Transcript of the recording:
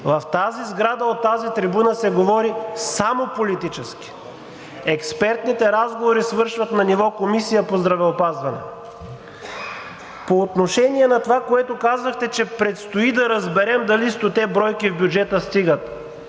В тази сграда от тази трибуна се говори само политически, а експертните разговори свършват на ниво Комисия по здравеопазване. По отношение на това, което казвахте, че предстои да разберем дали 100-те бройки в бюджета стигат.